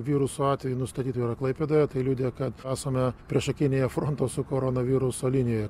viruso atvejų nustatyta yra klaipėdoje tai liudija kad esame priešakinėje fronto su koronaviruso linija